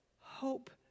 hope